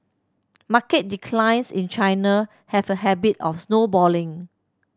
market declines in China have a habit of snowballing